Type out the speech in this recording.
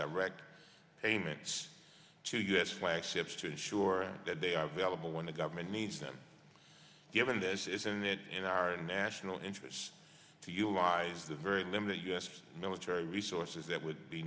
direct payments to us flagged ships to ensure that they are available when the government needs them given this isn't it in our national interests to utilize the very limited u s military resources that would be